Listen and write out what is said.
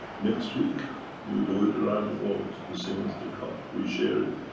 next week you do it around the world. the same as the cup, we share it.